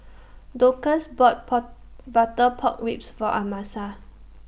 Dorcas bought Pork Butter Pork Ribs For Amasa